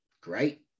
great